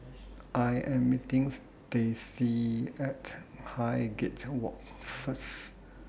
I Am meeting Stacey At Highgate Walk First